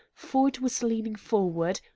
ford was leaning forward,